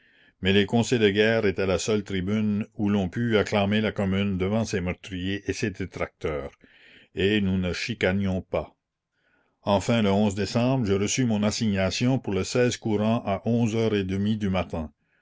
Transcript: mais les conseils de guerre étaient la seule tribune où l'on pût acclamer la commune devant ses meurtriers et ses détracteurs et nous ne chicanions pas enfin le décembre je reçus mon assignation pour le courant à heures du matin